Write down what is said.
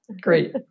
great